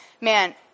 man